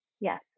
yes